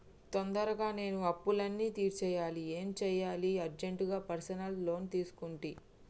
తొందరగా నేను అప్పులన్నీ తీర్చేయాలి ఏం సెయ్యాలి అర్జెంటుగా పర్సనల్ లోన్ తీసుకుంటి